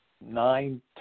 nine